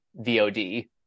VOD